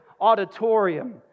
auditorium